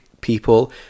people